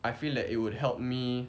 I feel that it would help me